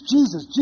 Jesus